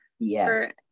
Yes